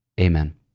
Amen